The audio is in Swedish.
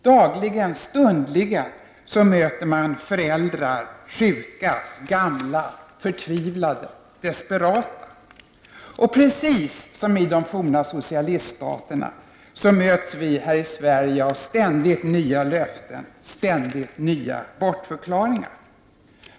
Dagligen och stundligen möter man föräldrar, sjuka, gamla, förtvivlade och desperata människor, och precis som i de forna socialiststaterna möts vi här i Sverige av ständigt nya löften och ständigt nya bortförklaringar.